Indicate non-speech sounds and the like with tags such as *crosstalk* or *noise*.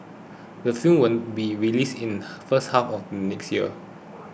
the film will be released in *noise* first half of next year